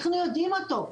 אנחנו יודעים אותו.